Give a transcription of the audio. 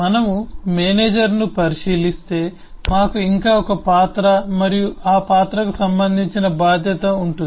మనము మేనేజర్ను పరిశీలిస్తే మాకు ఇంకా ఒక పాత్ర మరియు ఆ పాత్రకు సంబంధించిన బాధ్యత ఉంటుంది